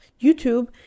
YouTube